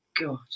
God